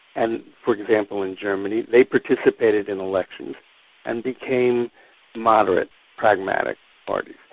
and for example in germany they participated in elections and became moderate pragmatic parties,